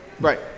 Right